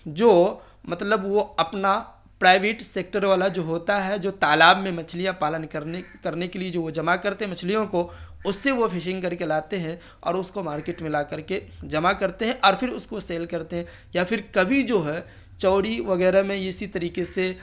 جو مطلب وہ اپنا پرائیویٹ سیکٹر والا جو ہوتا ہے جو تالاب میں مچھلیاں پالن کرنے کرنے کے لیے جو وہ جمع کرتے ہیں مچھلیوں کو اس سے وہ فشنگ کر کے لاتے ہیں اور اس کو مارکیٹ میں لا کر کے جمع کرتے ہیں اور پھر اس کو سیل کرتے ہیں یا پھر کبھی جو ہے چوڑی وغیرہ میں اسی طریقے سے